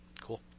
Cool